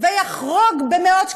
ויחרוג במאות שקלים,